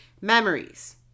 Memories